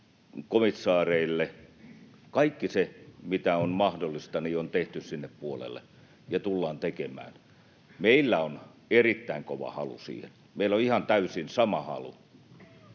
siitä komissaareille. Kaikki se, mikä on mahdollista, on tehty sinne puolelle, ja tullaan tekemään. Meillä on erittäin kova halu siihen, meillä on ihan täysin sama halu